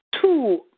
two